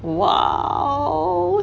!wow!